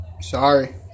Sorry